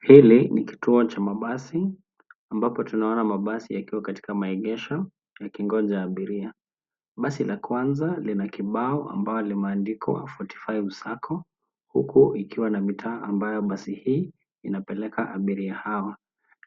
Hili ni kituo cha mabasi ,ambapo tunaona mabasi yakiwa katika maegesho yakingoja abiria. Basi la kwanza lina kibao ambayo limeandikwa 45 sacco ,huku ikiwa na Mitaa basi hii inapeleka abiria hawa.